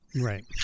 Right